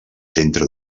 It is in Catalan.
centre